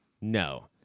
No